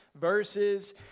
verses